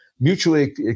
mutually